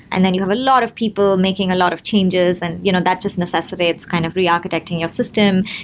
and then you have a lot of people making a lot of changes and you know that just necessary, it's kind of rearchitecting your system.